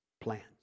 plans